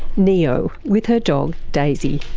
nio, with her dog daisy.